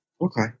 Okay